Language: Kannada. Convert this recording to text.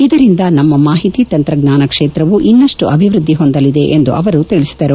ಇದರಿಂದ ನಮ್ಮ ಮಾಹಿತಿ ತಂತ್ರಜ್ಞಾನ ಕ್ಷೇತ್ರವು ಇನ್ನಷ್ಟು ಅಭಿವೃದ್ಧಿ ಹೊಂದಲಿದೆ ಎಂದು ಅವರು ತಿಳಿಸಿದರು